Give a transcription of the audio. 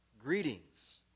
Greetings